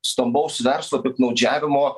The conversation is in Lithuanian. stambaus verslo piktnaudžiavimo